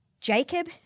Jacob